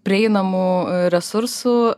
prieinamų resursų